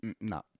No